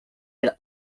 had